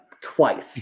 twice